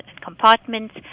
compartments